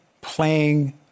playing